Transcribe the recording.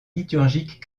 liturgique